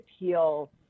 appeal